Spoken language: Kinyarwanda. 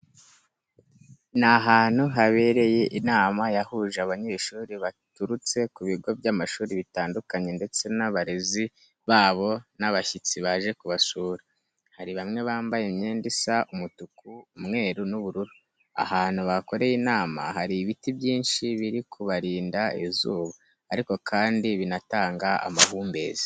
Ni ahantu habereye inama yahuje abanyeshuri baturutse ku bigo by'amashuri bitandukanye ndetse n'abarezi babo n'abashyitsi baje kubasura. Hari bamwe bambaye imyenda isa umutuku, umweru n'ubururu. Ahantu bakoreye inama hari ibiti byinshi biri kubarinda izuba ariko kandi binatanga amahumbezi.